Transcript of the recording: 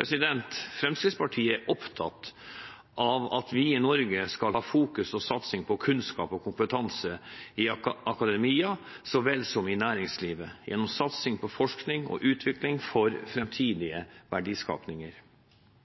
Fremskrittspartiet er opptatt av at vi i Norge skal ha fokus og satsing på kunnskap og kompetanse i akademia så vel som i næringslivet, gjennom satsing på forskning og utvikling for